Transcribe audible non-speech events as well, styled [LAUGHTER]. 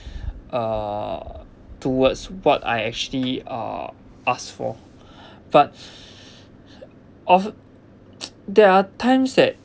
[BREATH] uh towards what I actually uh ask for [BREATH] but [BREATH] of~ [NOISE] there are times that